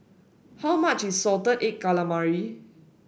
how much is Salted Egg Calamari